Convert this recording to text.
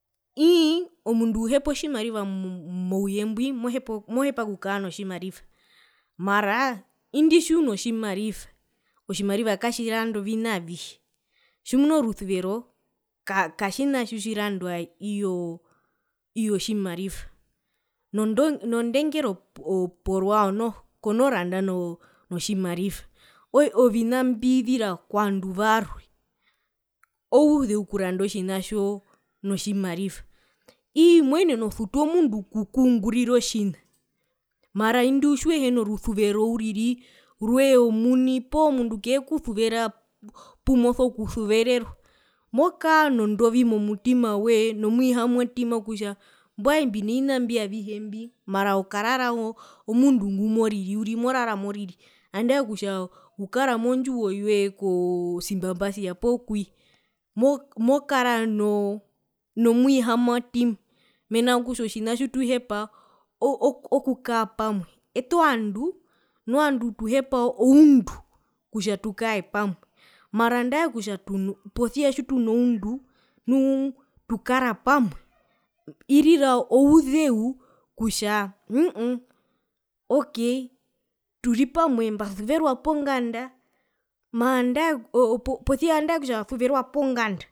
Iii omundu ohupeha otjimariva mouyembwi mohepa okukaa notjimariva mohepa okukaa notjimariva mara indi tjiuno tjimariva otjimariva katjiranda ovina avihe tjimuna orusuvero ka katjina tjitjirandwa iyoo iyo tjimariva nondo nondengero porwao noho kono randa notjimariva ovina mbizira kovandu varwe ouzeu okuranda otjina tjo ii moenene osutu omundu okukungurira otjina mara indi tjiuhena orusuvero uriri rwee omuni poo omundu kekusuvera pomoso kusuvererwa mokaa nondovi momutima woye nomwihamwatima kutja mbwae mbino vina mbi avihe mbi mara ukarara omundu ngumoriri morara amoriri andae kutja ukara mondjiwo yoye ko cembambacia uriri poo kuye mo mokara nomwihamwatima mena rokutja otjina tjituhepa oku okukaa pamwe owete ovandu nu ovandu tuhepa oundu kutja tukae pamwe mara andae kutja tuno posia tjitunoundu nu tukara pamwe irira ouzeu kutjaa uummm ok turipamwe mbasuverwa ponganda maa andae oo o posia andae kutja wasuverwa ponganda.